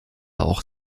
auch